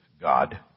God